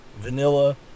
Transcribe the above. vanilla